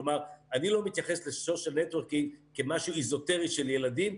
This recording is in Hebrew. כלומר אני לא מתייחס ל- social networking כמשהו אזוטרי של ילדים,